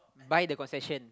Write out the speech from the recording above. buy the concession